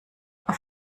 auf